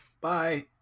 Bye